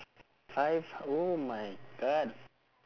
five oh my god